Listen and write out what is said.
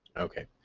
ok.